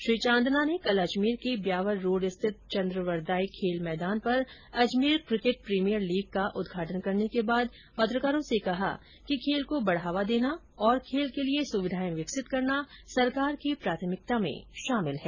श्री चांदना ने कल अजमेर के ब्यावर रोड स्थित चन्द्रवरदाई खेल मैदान पर अजमेर क्रिकेट प्रीमियर लीग का उदघाटन करने के बाद पत्रकारों से कहा कि खेल को बढ़ावा देना और खेल के लिए सुविधाएं विकसित करना सरकार की प्राथमिकता में शामिल है